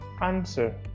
answer